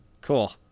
cool